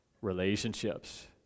relationships